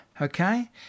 Okay